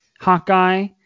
Hawkeye